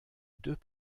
deux